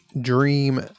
dream